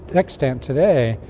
extant today,